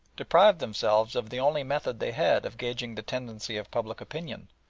deprived themselves of the only method they had of gauging the tendency of public opinion,